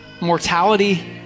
mortality